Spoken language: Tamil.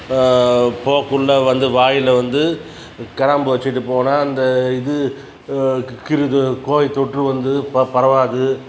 போகக்குள்ள வந்து வாயில் வந்து கிராம்பு வச்சுட்டு போனால் அந்த இது வைக்கிறது கோவிட் தொற்று வந்து ப பரவாது